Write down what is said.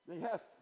Yes